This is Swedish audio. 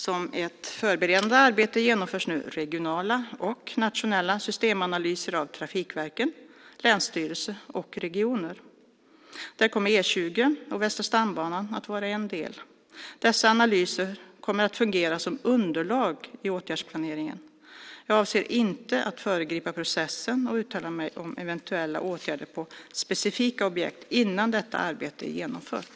Som ett förberedande arbete genomförs nu regionala och nationella systemanalyser av trafikverken, länsstyrelser och regioner. Där kommer E 20 och Västra stambanan att vara en del. Dessa analyser kommer att fungera som underlag i åtgärdsplaneringen. Jag avser inte att föregripa processen och uttala mig om eventuella åtgärder på specifika objekt innan detta arbete är genomfört.